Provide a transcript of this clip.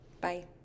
Bye